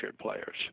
players